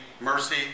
mercy